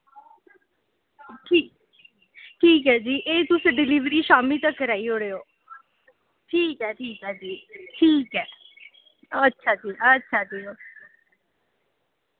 ठी ठीक ऐ जी एह् तुस डिलीवरी शाम्मी तक कराई ओड़ेओ ठीक ऐ ठीक ऐ जी ठीक ऐ अच्छा जी अच्छा जी